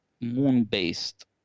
moon-based